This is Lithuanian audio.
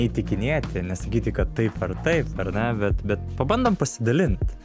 įtikinėti nesakyti kad taip ar taip ar ne bet bet pabandom pasidalint